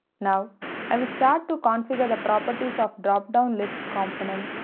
now i will start to configure the properties of dropdownlist component,